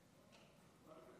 חבריי חברי הכנסת,